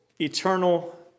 eternal